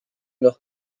leur